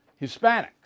Hispanics